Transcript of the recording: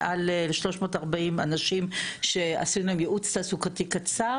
מעל 340 אנשים שעשינו להם ייעוץ תעסוקתי קצר